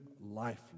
life